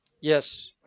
yes